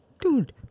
Dude